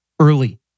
early